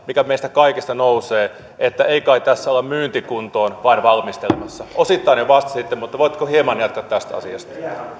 mikä meistä kaikista nousee että ei kai tässä vain olla myyntikuntoon valmistelemassa osittain jo vastasitte mutta voitteko hieman jatkaa tästä asiasta